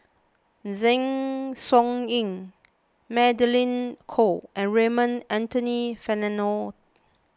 Zeng Shouyin Magdalene Khoo and Raymond Anthony Fernando